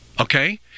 okay